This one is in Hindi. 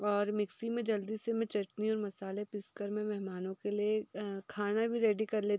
और मिक्सी में मैं जल्दी से मैं चटनी और मसाले पीस कर मैं मेहमानों के लिए खाना भी रेडी कर लेती हूँ